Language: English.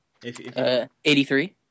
83